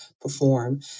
perform